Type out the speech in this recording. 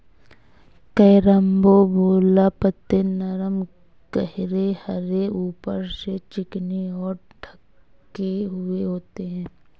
carambola पत्ते नरम गहरे हरे ऊपर से चिकने और ढके हुए होते हैं